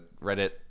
Reddit